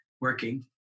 working